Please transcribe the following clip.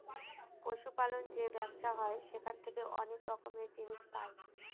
পশু পালন যে ব্যবসা হয় সেখান থেকে অনেক রকমের জিনিস পাই